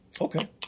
Okay